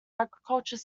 agriculture